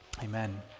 Amen